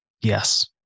yes